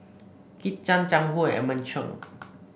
Kit Chan Jiang Hu and Edmund Cheng